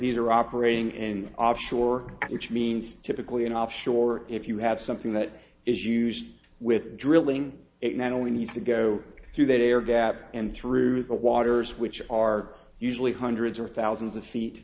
are operating in opp shore which means typically an offshore if you have something that is used with drilling it not only needs to go through that air gap and through the waters which are usually hundreds or thousands of feet